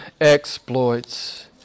exploits